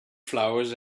flowers